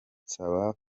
nsaba